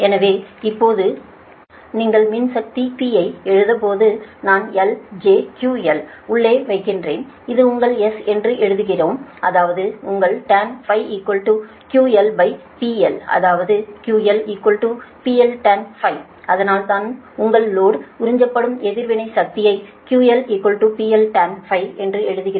எனவே நீங்கள் மின்சக்தி P ஐ எழுதும்போது நான் L j QL உள்ளே வைக்கிறேன் இது உங்கள் S என்று எழுதுகிறோம் அதாவது உங்கள் TanφQLpL அதாவது QL PL Tan அதனால் தான் உங்கள் லோடால் உறிஞ்சப்படும் எதிர்வினை சக்தியை QL PL Tan என்று எழுதுகிறோம்